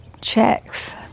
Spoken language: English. checks